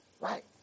Right